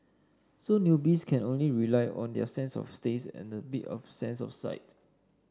so newbies can only rely on their sense of taste and a bit of sense of sight